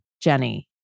Jenny